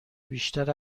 بیشتر